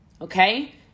Okay